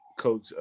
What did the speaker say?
Coach